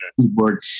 keyboard